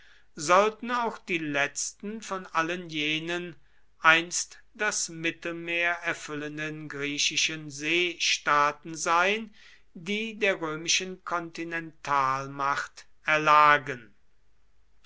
sollten auch die letzten von allen jenen einst das mittelmeer erfüllenden griechischen seestaaten sein die der römischen kontinentalmacht erlagen